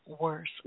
worse